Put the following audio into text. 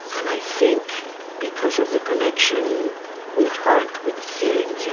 and i think, because of the connection with heart, with feelings, yeah